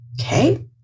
Okay